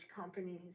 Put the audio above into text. companies